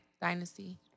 Dynasty